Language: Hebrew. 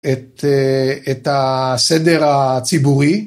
את הסדר הציבורי.